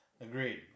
Agreed